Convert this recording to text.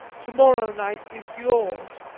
to-morrow night is yours!